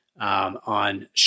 on